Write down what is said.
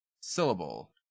Syllable